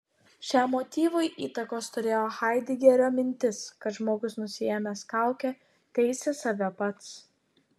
šiam motyvui įtakos turėjo haidegerio mintis kad žmogus nusiėmęs kaukę teisia save pats